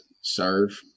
serve